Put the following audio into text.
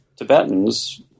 Tibetans